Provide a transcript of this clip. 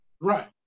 right